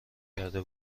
کرده